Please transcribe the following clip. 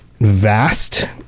vast